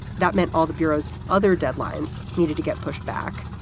that meant all the bureau's other deadlines needed to get pushed back.